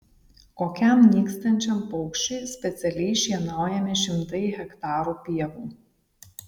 kokiam nykstančiam paukščiui specialiai šienaujami šimtai hektarų pievų